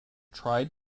tried